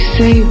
say